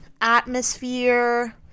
atmosphere